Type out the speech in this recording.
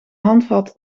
handvat